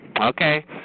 Okay